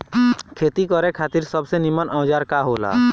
खेती करे खातिर सबसे नीमन औजार का हो ला?